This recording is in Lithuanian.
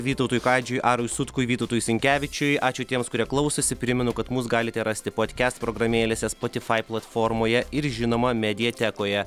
vytautui kadžiui arui sutkui vytautui sinkevičiui ačiū tiems kurie klausėsi primenu kad mus galite rasti podkest programėlėse spotifai platformoje ir žinoma mediatekoje